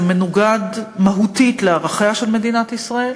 זה מנוגד מהותית לערכיה של מדינת ישראל.